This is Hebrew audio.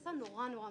נעשה מאוד-מאוד מהיר.